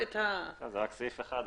זה רק סעיף אחד.